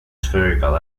spherical